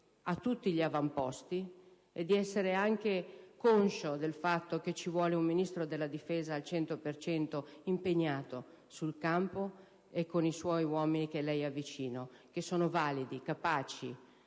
a tutti gli avamposti e di essere anche conscio del fatto che ci vuole un Ministro della difesa al cento per cento impegnato sul campo con i suoi uomini che le sono accanto, uomini validi, capaci